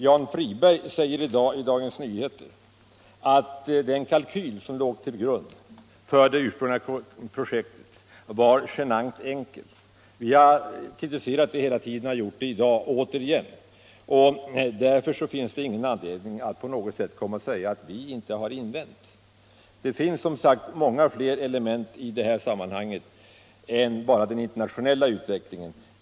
Jan Friberg säger i dag i Dagens Nyheter att den kalkyl som låg till grund för det ursprungliga projektet var genant enkel. Vi har kritiserat detta hela tiden, och vi har gjort det återigen i dag. Därför finns det ingen anledning att säga att vi inte har invänt. Det finns många fler element i detta sammanhang än bara den internationella utvecklingen.